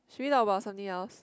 should we talk about something else